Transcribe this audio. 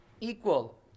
equal